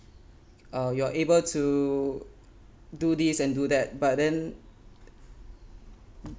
uh you are able to do this and do that but then